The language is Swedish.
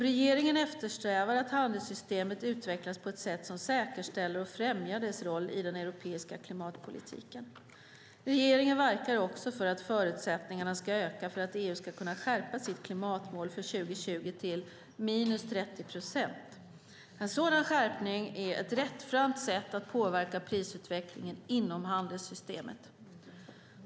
Regeringen eftersträvar att handelssystemet utvecklas på ett sätt som säkerställer och främjar dess roll i den europeiska klimatpolitiken. Regeringen verkar också för att förutsättningarna ska öka för att EU ska kunna skärpa sitt klimatmål för 2020 till 30 procent. En sådan skärpning är ett rättframt sätt att påverka prisutvecklingen inom handelssystemet.